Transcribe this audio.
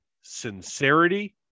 sincerity